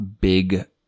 big